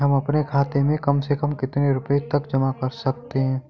हम अपने खाते में कम से कम कितने रुपये तक जमा कर सकते हैं?